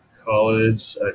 college